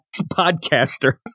podcaster